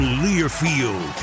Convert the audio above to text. learfield